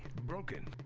broken.